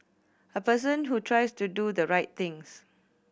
a person who tries to do the right things